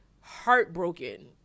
heartbroken